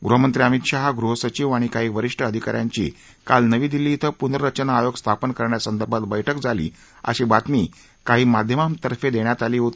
गृहमंत्री अमित शहा गृहसचिव आणि काही वरीष्ठ अधिका यांची काल नवी दिल्ली श्वे पुनर्रचना आयोग स्थापन करण्यासंदर्भात बैठक झाली अशी बातमी काही माध्यमांतर्फे देण्यात आली होती